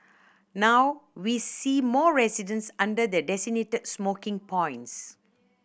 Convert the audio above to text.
now we see more residents under the designated smoking points